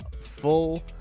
full